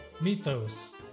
Mythos